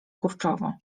kurczowo